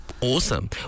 Awesome